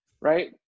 right